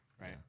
right